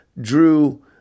drew